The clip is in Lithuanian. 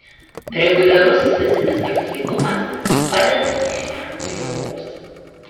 reguliarus fizinis aktyvumas padeda išvengti ligos